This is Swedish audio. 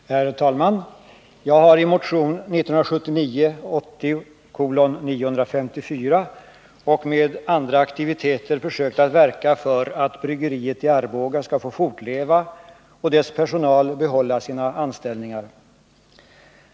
Herr talman! Jag har i motion 1979/80:954 och med andra aktiviteter försökt verka för att bryggeriet i Arboga skall få fortleva och dess personal behålla sina anställningar.